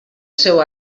seu